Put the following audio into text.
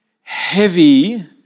heavy